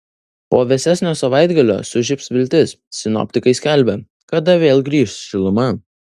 po vėsesnio savaitgalio sužibs viltis sinoptikai skelbia kada vėl grįš šiluma